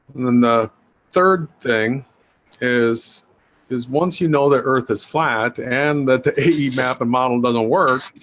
and then the third thing is is once you know that earth is flat and that the heatmap and model doesn't work